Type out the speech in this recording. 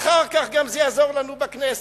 אחר כך זה יעזור לנו גם בכנסת,